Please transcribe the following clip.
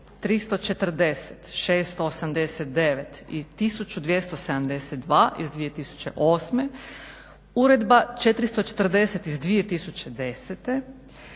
340, 689 i 1272 iz 2008., Uredba 440 iz 2010.,